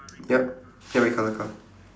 yup ya red colour car